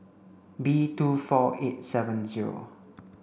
B two four eight seven zero